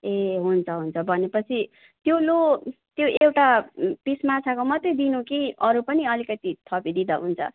ए हुन्छ हुन्छ भनेपछि त्यो लो त्यो एउटा पिस माछाको मात्रै दिनु कि अरू पनि अलिकति थपिदिँदा हुन्छ